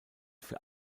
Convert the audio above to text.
für